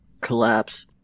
collapse